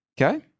okay